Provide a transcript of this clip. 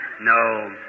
No